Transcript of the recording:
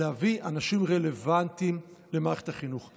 להביא אנשים רלוונטיים למערכת החינוך.